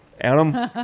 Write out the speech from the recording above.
Adam